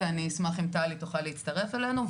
ואני אשמח אם טלי תוכל להצטרף אלינו,